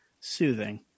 soothing